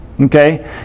Okay